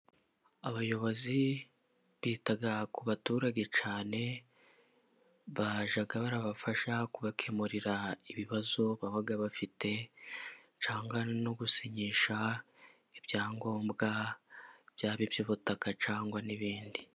Abayobozi bita ku baturage cyane. Bajya babafasha kubakemurira ibibazo baba bafite cyane nko gusinyisha ibyangombwa byaba iby'ubutaka cyangwa n'ibindi.